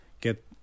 get